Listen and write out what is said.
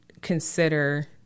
consider